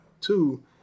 Two